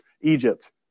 Egypt